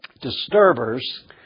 disturbers